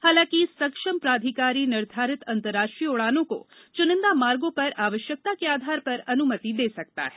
हालाँकि सक्षम प्राधिकारी निर्धारित अंतरराष्ट्रीय उड़ानों को चुनिंदा मार्गो पर आवश्यकता के आधार पर अनुमति दे सकता है